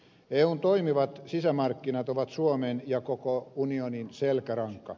eun toimivat sisämarkkinat ovat suomen ja koko unionin selkäranka